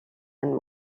and